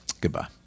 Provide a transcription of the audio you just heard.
Goodbye